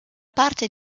parte